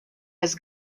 has